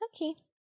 okay